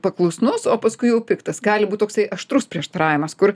paklusnus o paskui jau piktas gali būti toksai aštrus prieštaravimas kur